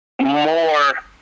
more